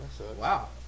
Wow